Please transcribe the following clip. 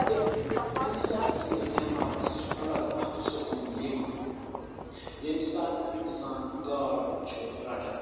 تہٕ اِنسان سٕنٛدِس دٮ۪ماغس چھُ الگ اکھ سکوٗن یِوان ییٚمہِ ساتہٕ اِنسان گاڈ چھُ رَٹان